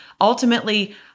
ultimately